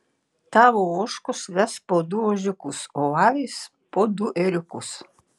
tavo ožkos ves po du ožiukus o avys po du ėriukus